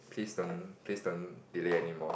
please don't please don't delay anymore